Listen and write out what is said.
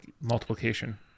multiplication